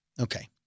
Okay